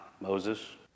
Moses